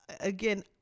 again